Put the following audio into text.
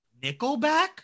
Nickelback